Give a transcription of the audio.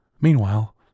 Meanwhile